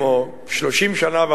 שנה,